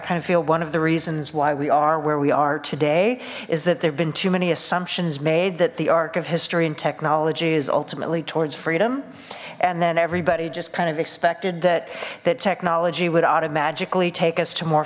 of feel one of the reasons why we are where we are today is that there have been too many assumptions made that the arc of history and technology is ultimately towards freedom and then everybody just kind of expected that that technology would automagically take us to more